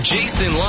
Jason